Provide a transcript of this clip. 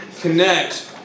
Connect